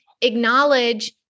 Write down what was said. acknowledge